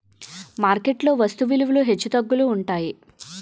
market లో వస్తు విలువలు హెచ్చుతగ్గులు ఉంటాయి